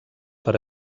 per